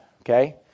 okay